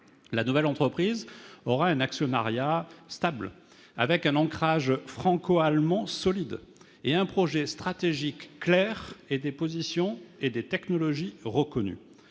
La nouvelle entreprise aura un actionnariat stable, avec un ancrage franco-allemand solide, un projet stratégique clair reposant sur des positions et des technologies reconnues.